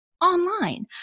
online